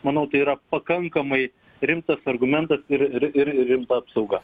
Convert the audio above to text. manau tai yra pakankamai rimtas argumentas ir ir ir rimta apsauga